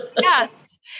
Yes